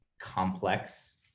complex